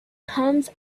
comes